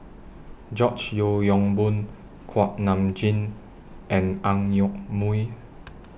George Yeo Yong Boon Kuak Nam Jin and Ang Yoke Mooi